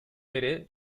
beri